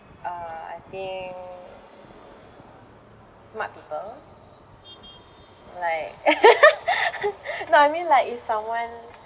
uh I think smart people like no I mean like if someone